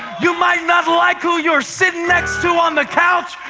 you might not like who you're sitting next to on the couch,